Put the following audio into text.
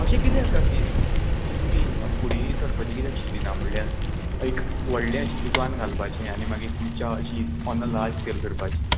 अशें किदें आसा की अशें तुमी फुडें सरपाचें किदें चिंतिना म्हणल्यार एक व्हडलें अशें दुकान घालपाचें आनी मागीर तुमच्या अशी ऑन अ लार्ज स्केल करपाची